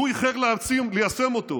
והוא איחר ליישם אותו,